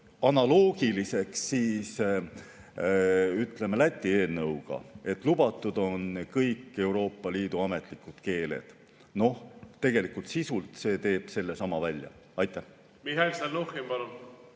analoogiliselt Läti eelnõuga, et lubatud on kõik Euroopa Liidu ametlikud keeled. Noh, tegelikult sisult see teeb sellesama välja. Aitäh! Meie probleem